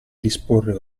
disporre